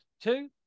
Two